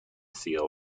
seal